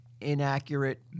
inaccurate